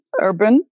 urban